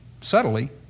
Subtly